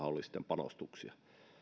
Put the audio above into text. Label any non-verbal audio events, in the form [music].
[unintelligible] oli sitten panostuksia